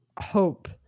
hope